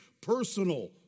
Personal